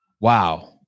Wow